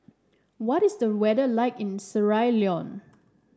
what is the weather like in Sierra Leone